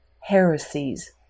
heresies